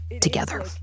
together